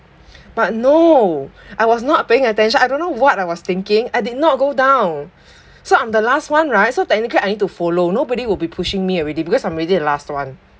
but no I was not paying attention I don't know what I was thinking I did not go down so I'm the last one right so technically I need to follow nobody will be pushing me already because I'm already the last one